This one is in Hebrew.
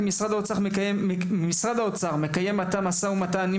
כי משרד האוצר מקיים עתה משא ומתן עם